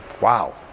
Wow